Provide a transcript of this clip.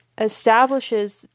establishes